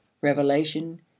revelation